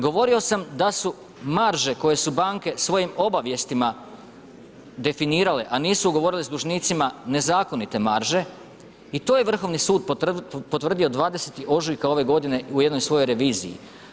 Govorio sam da su marže koje su banke svojim obavijestima definirale a nisu ugovorile s dužnicima nezakonite marže, i to je Vrhovni sud potvrdio 20. ožujka ove godine u jednoj svojoj reviziji.